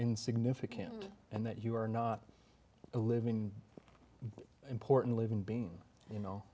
insignificant and that you are not a living important living being you know